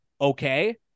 okay